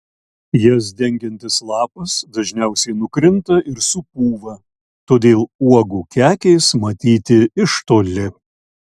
jas dengiantis lapas dažniausiai nukrinta ir supūva todėl uogų kekės matyti iš toli